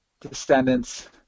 Descendants